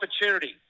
opportunity